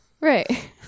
Right